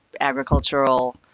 Agricultural